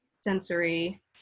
sensory